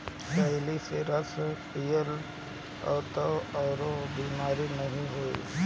करइली के रस पीयब तअ कवनो बेमारी नाइ होई